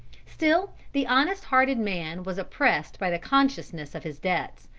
still the honest-hearted man was oppressed by the consciousness of his debts,